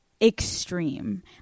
Extreme